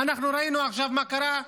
ראינו עכשיו מה קרה,